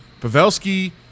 Pavelski